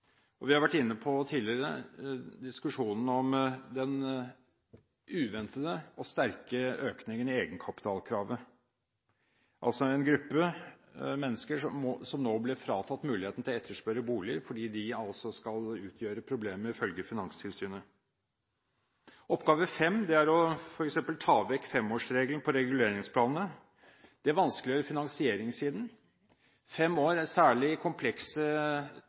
Vi har tidligere vært inne på diskusjonen om den uventede og sterke økningen i egenkapitalkravet. Det er altså en gruppe mennesker som nå blir fratatt muligheten til å etterspørre boliger fordi de skal utgjøre problemer, ifølge Finanstilsynet. Oppgave fem er f.eks. å ta vekk femårsregelen på reguleringsplanene. Det vanskeliggjør finansieringssiden. Fem år i særlig komplekse,